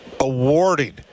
awarding